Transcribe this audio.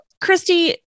Christy